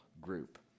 group